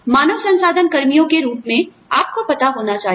मानव संसाधन कर्मियों के रूप में आपको पता होना चाहिए